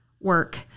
work